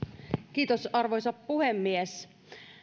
arvoisa puhemies